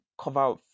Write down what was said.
cover